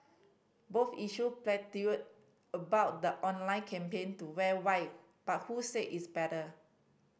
both issued about the online campaign to wear white but who said is better